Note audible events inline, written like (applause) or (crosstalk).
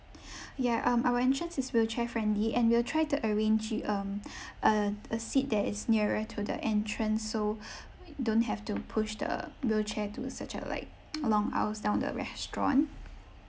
(breath) ya um our entrance is wheelchair-friendly and we'll try to arrange you um uh a seat that is nearer to the entrance so (noise) don't have to push the wheelchair to such a like (noise) long hours down the restaurant